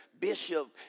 Bishop